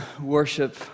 worship